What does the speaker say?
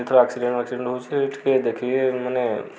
ଆକ୍ସିଡ଼େଣ୍ଟଫାକ୍ସିଡ଼େଣ୍ଟ ହେଉଛି ଟିକେ ଦେଖିକି ମାନେ